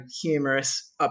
humorous